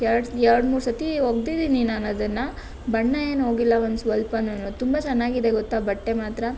ಎರಡು ಎರಡು ಮೂರು ಸತಿ ಒಗೆದಿದ್ದೀನಿ ನಾನು ಅದನ್ನು ಬಣ್ಣ ಏನು ಹೋಗಿಲ್ಲ ಒಂದು ಸ್ವಲ್ಪನುನು ತುಂಬ ಚೆನ್ನಾಗಿದೆ ಗೊತ್ತಾ ಬಟ್ಟೆ ಮಾತ್ರ